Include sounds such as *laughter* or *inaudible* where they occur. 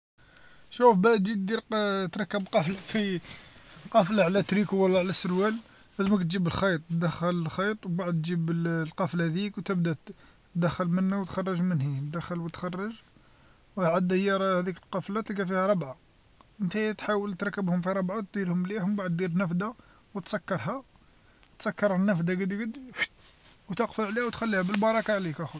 شوف باه تجي دير *hesitation* تركب قفل في قفلة على تريكو ولا على سروال، لازملك تجيب خيط تدخل الخيط وبعد تجيب القفلة ذيك وتبدا تدخل من هنا وتخرج من هيه تدخل وتخرج، و هذيك لقفلة تلقى فيها ربعة، نتايا تحاول تركبهم في ربعة وديرهم مليح ومن بعد دير نفذه وتسكرها، تسكر النفده قدقد فوت وتقفل عليها وتخليها بالبركة عليك اخويا.